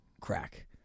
crack